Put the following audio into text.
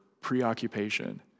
preoccupation